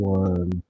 one